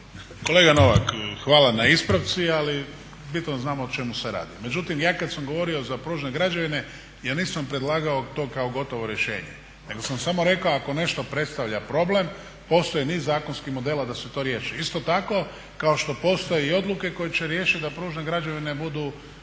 Kolega Novak, hvala na ispravci ali bitno je da znamo o čemu se radi. Međutim ja kada sam govorio za pružne građevine ja nisam predlagao to kao gotovo rješenje, nego sam rekao ako nešto predstavlja problem postoji niz zakonskih modela da se to riješi. Isto tako kao što postoji i odluke koje će riješiti da pružne građevine budu